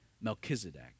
Melchizedek